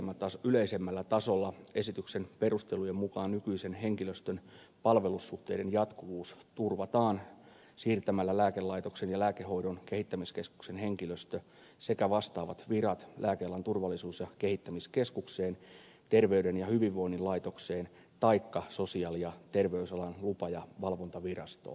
mutta noin yleisemmällä tasolla esityksen perustelujen mukaan nykyisen henkilöstön palvelussuhteiden jatkuvuus turvataan siirtämällä lääkelaitoksen ja lääkehoidon kehittämiskeskuksen henkilöstö sekä vastaavat virat lääkealan turvallisuus ja kehittämiskeskukseen terveyden ja hyvinvoinnin laitokseen taikka sosiaali ja terveysalan lupa ja valvontavirastoon